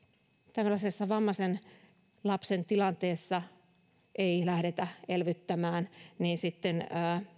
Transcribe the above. tällaisessa vammaisen lapsen tilanteessa ei lähdetä elvyttämään niin sitten